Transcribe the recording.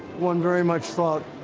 one very much thought,